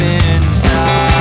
inside